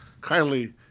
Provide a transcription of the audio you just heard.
Kindly